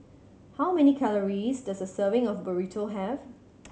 how many calories does a serving of Burrito have